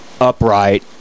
upright